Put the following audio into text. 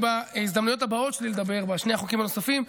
בהזדמנויות הבאות שלי לדבר, בשני החוקים הנוספים,